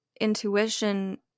intuition